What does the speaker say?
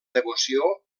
devoció